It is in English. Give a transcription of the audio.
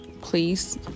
please